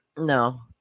No